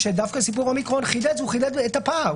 האומיקורן חידד את הפער,